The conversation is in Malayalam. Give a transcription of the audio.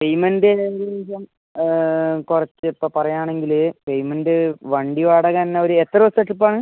പേയ്മെൻറ്റ് രണ്ട് ദിവസം കുറച്ച് ഇപ്പം പറയാണെങ്കിൽ പേയ്മെൻറ്റ് വണ്ടി വാടക തന്നെ ഒരു എത്ര ദിവസത്തെ ട്രിപ്പാണ്